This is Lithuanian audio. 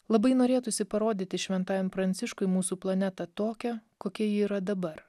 labai norėtųsi parodyti šventajam pranciškui mūsų planetą tokią kokia ji yra dabar